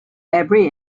every